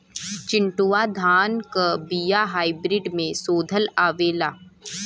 चिन्टूवा धान क बिया हाइब्रिड में शोधल आवेला?